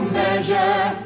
measure